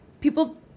people